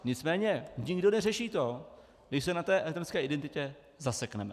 Nicméně nikdo neřeší to, když se na té elektronické identitě zasekneme.